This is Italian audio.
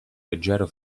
leggero